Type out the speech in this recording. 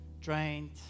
drained